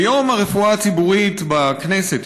ביום הרפואה הציבורית בכנסת,